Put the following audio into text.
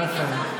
נא לסיים.